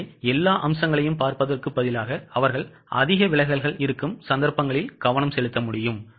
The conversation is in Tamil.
எனவே எல்லா அம்சங்களையும் பார்ப்பதற்குப் பதிலாக அவர்கள் அதிக விலகல்கள் இருக்கும் சந்தர்ப்பங்களில் கவனம் செலுத்த முடியும்